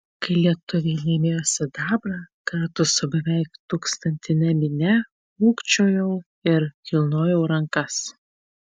kai lietuviai laimėjo sidabrą kartu su beveik tūkstantine minia ūkčiojau ir kilnojau rankas